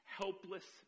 helpless